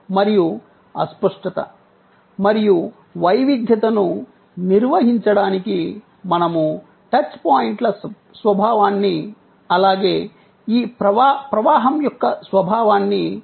మరియు అస్పష్టత మరియు వైవిధ్యతను నిర్వహించడానికి మనము టచ్ పాయింట్ల స్వభావాన్ని అలాగే ఈ ప్రవాహం యొక్క స్వభావాన్ని అర్థం చేసుకోవాలి